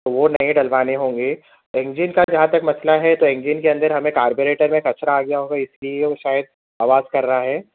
وہ نئے ڈلوانے ہوں گے انجن کا جہاں تک مسئلہ ہے تو انجن کے اندر ہمیں کاربوریٹر میں كچرا ہو گیا ہوگا اِس لیے وہ شاید آواز كر رہا ہے